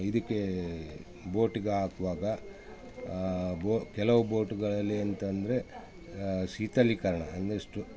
ಇದಕ್ಕೆ ಬೋಟಿಗೆ ಹಾಕ್ವಾಗ ಬೋ ಕೆಲವು ಬೋಟ್ಗಳಲ್ಲಿ ಎಂತಂದರೆ ಶೀತಲೀಕರಣ ಅಂದ್ರೆ ಇಷ್ಟು